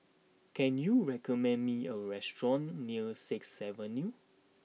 can you recommend me a restaurant near Sixth Avenue